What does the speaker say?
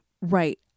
Right